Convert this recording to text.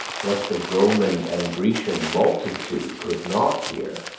what the roman and grecian multitude could not hear,